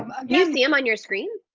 you see em on your screen?